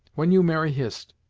when you marry hist,